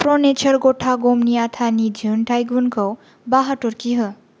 प्र' नेचार गथा गमनि आथानि दिहुनथाइ गुनखौ बा हाथरखि हो